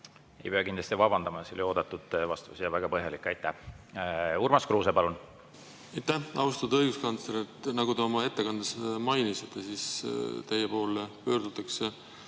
ei pea vabandama. See oli oodatud vastus ja väga põhjalik. Aitäh! Urmas Kruuse, palun! Aitäh! Austatud õiguskantsler! Nagu te oma ettekandes mainisite, siis teie poole pöördutakse